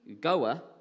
Goa